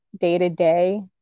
day-to-day